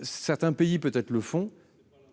certains pays, peut être le fond.